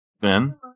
Ben